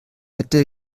hätte